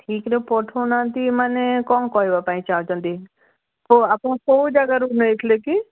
ଠିକ୍ ରେ ପଠଉ ନାହାନ୍ତି ମାନେ କ'ଣ କହିବା ପାଇଁ ଚାହୁଁଛନ୍ତି କେଉଁ ଆପଣ କେଉଁ ଜାଗାରୁ ନେଇଥିଲେ କି